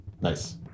Nice